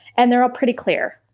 and they're all pretty clear.